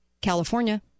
California